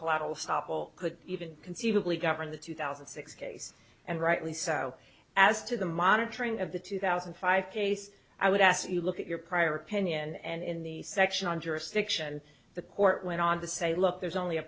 collateral stoppel could even conceivably govern the two thousand and six case and rightly so as to the monitoring of the two thousand and five case i would ask you look at your prior opinion and in the section on jurisdiction the court went on to say look there's only a